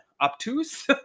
obtuse